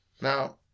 Now